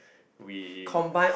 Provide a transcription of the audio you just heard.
we